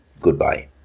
goodbye